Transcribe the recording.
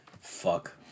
Fuck